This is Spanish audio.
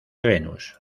venus